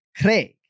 Craig